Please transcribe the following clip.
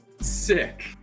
sick